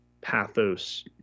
pathos